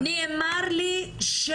נאמר לי בצורה הכי ברורה.